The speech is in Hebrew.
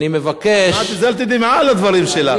כמעט הזלתי דמעה על הדברים שלה.